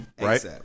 right